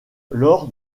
lors